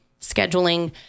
Scheduling